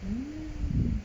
mm